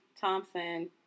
Thompson